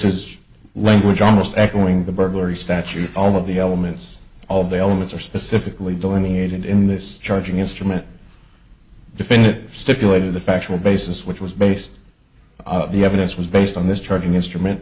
is language almost echoing the burglary statute all of the elements all the elements are specifically dorney and in this charging instrument definitive stipulated the factual basis which was based on the evidence was based on this charging instrument